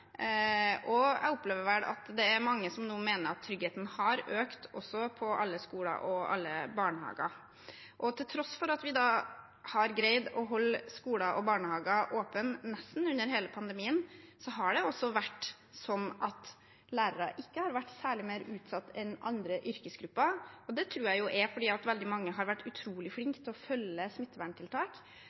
Jeg opplever vel at det er mange som nå mener at tryggheten har økt også på alle skoler og i alle barnehager. Til tross for at vi har greid å holde skoler og barnehager åpne under nesten hele pandemien, har ikke lærere vært særlig mer utsatt enn andre yrkesgrupper. Det tror jeg er fordi veldig mange har vært utrolig flinke til å følge smitteverntiltak,